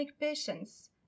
patients